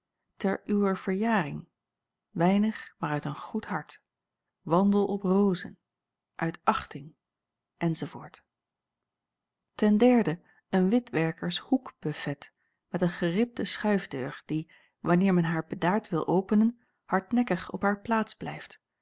ter uwer verjaring weinig maar uit een goed hart wandel op rozen uit achting enz en een witwerkers hoekbufet met een geribde schuifdeur die wanneer men haar bedaard wil openen hardnekkig op haar plaats blijft